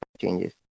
changes